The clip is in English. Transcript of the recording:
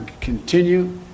continue